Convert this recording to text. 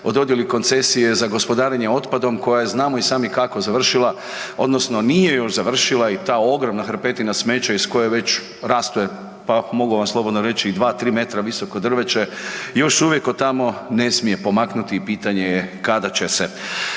o dodijeli koncesije za gospodarenje otpadom koja, znamo i sami kako je završila odnosno nije još završila i ta ogromna hrpetina smeća iz koje već raste, pa mogu vam slobodno reći i 2-3 metra visoko drveće, još uvijek od tamo ne smije pomaknuti i pitanje je kada će se.